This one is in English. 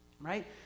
right